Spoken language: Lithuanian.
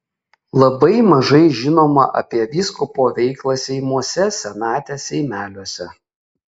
labai mažai žinoma apie vyskupo veiklą seimuose senate seimeliuose